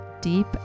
deep